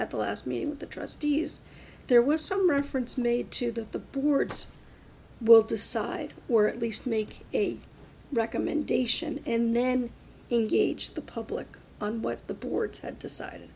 at the last meeting with the trustees there was some reference made to that the boards will decide or at least make a recommendation and then you can gauge the public on what the board had decided